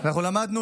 אנחנו למדנו